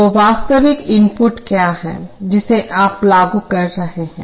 तो वास्तविक इनपुट क्या है जिसे आप लागू कर रहे हैं